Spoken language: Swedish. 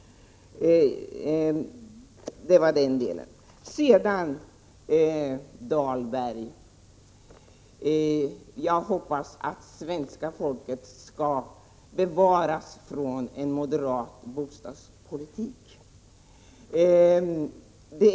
Sedan hoppas jag, Rolf Dahlberg, att svenska folket skall bevaras från en moderat bostadspolitik.